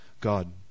God